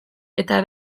eta